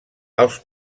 els